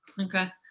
Okay